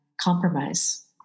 Compromise